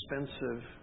expensive